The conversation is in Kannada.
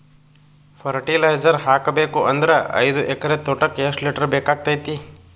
ಫರಟಿಲೈಜರ ಹಾಕಬೇಕು ಅಂದ್ರ ಐದು ಎಕರೆ ತೋಟಕ ಎಷ್ಟ ಲೀಟರ್ ಬೇಕಾಗತೈತಿ?